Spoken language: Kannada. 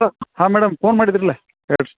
ಹಾಂ ಮೇಡಮ್ ಪೋನ್ ಮಾಡಿದ್ರಲ್ಲ ಹೇಳ್ರಿ